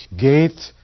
gate